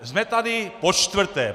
Jsme tady počtvrté.